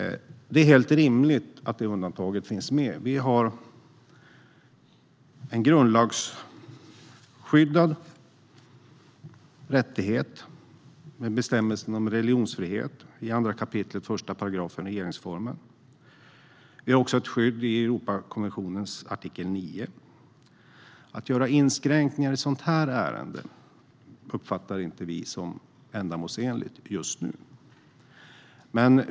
Det är helt rimligt att detta undantag finns med. Vi har en grundlagsskyddad rättighet i bestämmelsen om religionsfrihet i 2 kap. 1 § regeringsformen. Vi har också ett skydd i europakonventionens artikel 9. Att göra inskränkningar i ett sådant här ärende uppfattar vi inte som ändamålsenligt just nu.